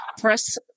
Press